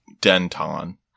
Denton